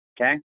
okay